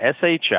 SHI